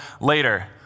later